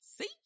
See